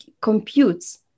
computes